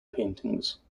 paintings